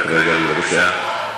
רק רגע, בבקשה.